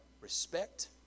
respect